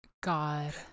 god